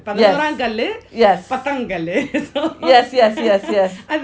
yes yes yes yes yes yes